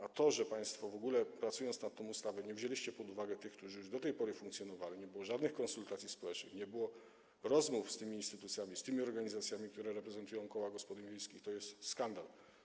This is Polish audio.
A to, że państwo w ogóle, pracując nad tą ustawą, nie wzięliście pod uwagę tych, którzy już do tej pory funkcjonowali, nie było żadnych konsultacji społecznych, nie było rozmów z tymi instytucjami, z tymi organizacjami, które reprezentują koła gospodyń wiejskich, to jest skandal.